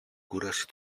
κούραση